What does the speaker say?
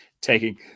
taking